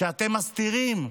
שאתם מסתירים.